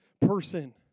person